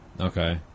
Okay